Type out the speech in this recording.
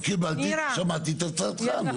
קיבלתי, שמעתי את הצעתך.